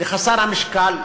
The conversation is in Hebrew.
לחסר המשקל,